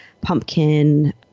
pumpkin